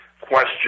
question